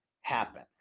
happen